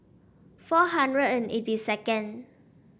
four hundred and eighty second